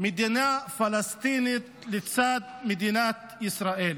מדינה פלסטינית לצד מדינת ישראל.